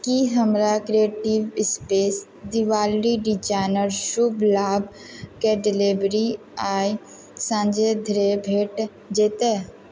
की हमरा creative space Diwali designer शुभ लाभ के डिलीवरी आइ साँझे धरि भेट जायत